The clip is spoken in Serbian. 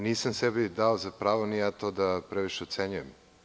Nisam sebi dao za pravo ni to da previše ocenjujem.